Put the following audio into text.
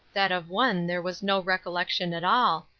that of one there was no recollection at all,